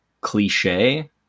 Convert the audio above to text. cliche